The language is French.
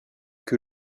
que